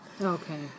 Okay